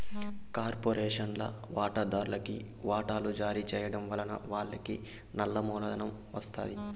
కార్పొరేషన్ల వాటాదార్లుకి వాటలు జారీ చేయడం వలన వాళ్లకి నల్ల మూలధనం ఒస్తాది